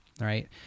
right